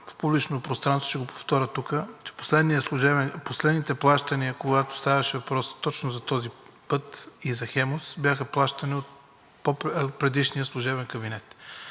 в публичното пространство и ще го повторя тук, че последните плащания, когато ставаше въпрос точно за този път и за „Хемус“, бяха плащани от по-предишния служебен кабинет.